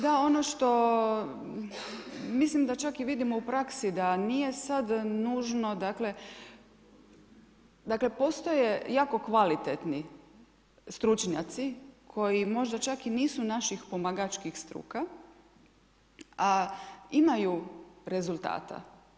Da, ono što mislim da čak i vidimo u praksi da nije sad nužno, dakle postoje jako kvalitetni stručnjaci koji možda čak i nisu naših pomagačkih struka, a imaju rezultata.